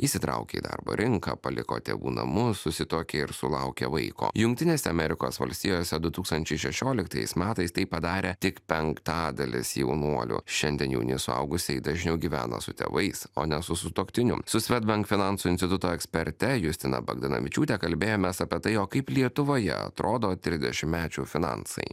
įsitraukė į darbo rinką paliko tėvų namus susituokė ir sulaukę vaiko jungtinėse amerikos valstijose du tūkstančiai šešioliktais metais tai padarė tik penktadalis jaunuolių šiandien jauni suaugusieji dažniau gyvena su tėvais o ne su sutuoktiniu su swedbank finansų instituto ekspertė justina bagdonavičiūtė kalbėjomės apie tai jog kaip lietuvoje atrodo trisdešimtmečio finansai